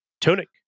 Tunic